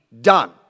done